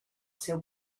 seu